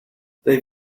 they